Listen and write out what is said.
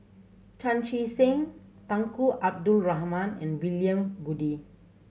Chan Chee Seng Tunku Abdul Rahman and William Goode